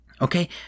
Okay